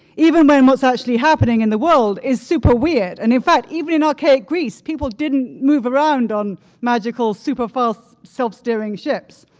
even when what's actually happening in the world is super weird. and in fact, even in archaic greece, people didn't move around on magical, super-fast self-steering ships.